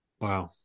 Wow